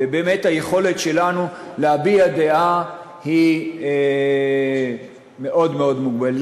ובאמת היכולת שלנו להביע דעה היא מאוד מאוד מוגבלת.